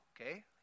okay